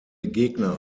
gegner